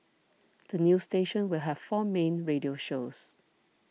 the new station will have four main radio shows